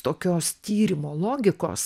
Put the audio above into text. tokios tyrimo logikos